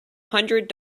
hundred